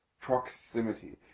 proximity